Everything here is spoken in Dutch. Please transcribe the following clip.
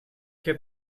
heb